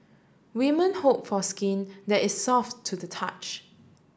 women hope for skin that is soft to the touch